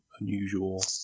unusual